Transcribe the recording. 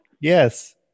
Yes